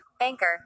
Anchor